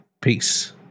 Peace